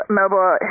mobile